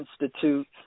Institute